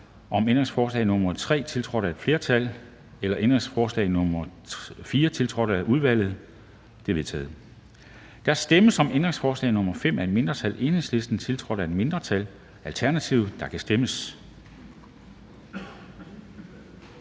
om ændringsforslag nr. 3, tiltrådt af et flertal, eller om ændringsforslag nr. 4, tiltrådt af udvalget? De er vedtaget. Der stemmes om ændringsforslag nr. 5 af et mindretal (EL), tiltrådt af et mindretal (ALT), og der kan stemmes.